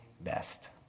best